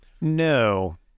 No